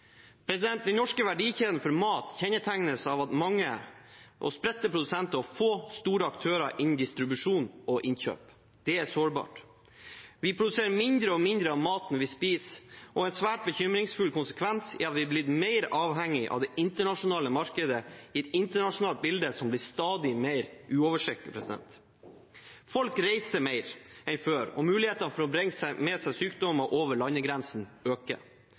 Den norske verdikjeden for mat kjennetegnes av mange, spredte produsenter og få, store aktører innen distribusjon og innkjøp. Det er sårbart. Vi produserer mindre og mindre av maten vi spiser, og en svært bekymringsfull konsekvens er at vi har blitt mer avhengige av det internasjonale markedet i et internasjonalt bilde som blir stadig mer uoversiktlig. Folk reiser mer enn før, og muligheten for å bringe med seg sykdommer over landegrensene øker.